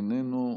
איננו,